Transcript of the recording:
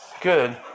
Good